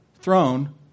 throne